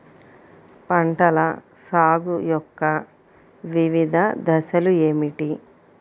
పంటల సాగు యొక్క వివిధ దశలు ఏమిటి?